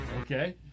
Okay